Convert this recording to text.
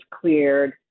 cleared